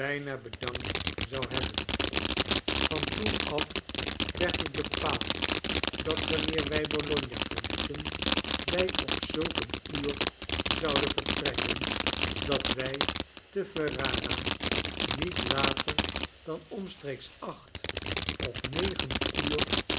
bijna bedankt zou hebben yan toen af werd het bepaald dat wanneer wii b o logna verlieten wij op zulk een uur zoudeh vertrekken dat wij te f e r r a r a niet later dan omstreeks acht of negen uur